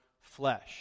flesh